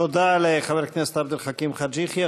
תודה לחבר הכנסת עבד אל חכים חאג' יחיא.